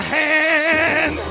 hand